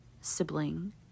sibling